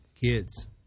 kids